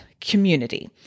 Community